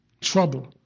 trouble